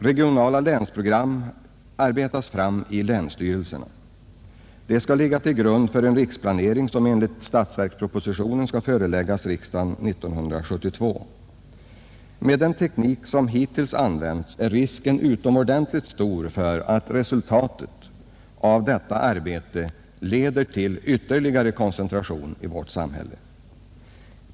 Regionala länsprogram arbetas fram i länsstyrelserna. De skall ligga till grund för en riksplanering, som enligt statsverkspropositionen skall föreläggas 1972 års riksdag. Med den teknik som hittills använts är risken utomordentligt stor för att resultatet av detta arbete leder till ytterligare koncentration i vårt samhälle.